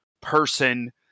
person